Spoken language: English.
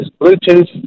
Bluetooth